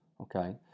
Okay